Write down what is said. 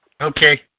Okay